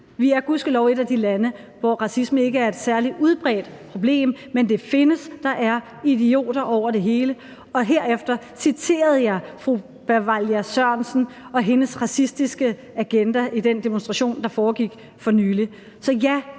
et af de lande, hvor racisme ikke er et særlig udbredt problem, men det findes; der er idioter over det hele. Herefter citerede jeg fru Bwalya Sørensen og hendes racistiske agenda i den demonstration, der foregik for nylig.